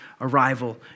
arrival